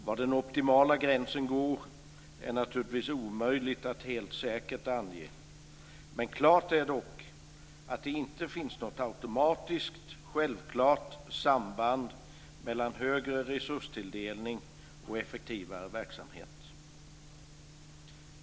Var den optimala gränsen går är naturligtvis omöjligt att helt säkert ange. Klart är dock att det inte finns något automatiskt, självklart samband mellan högre resurstilldelning och effektivare verksamhet.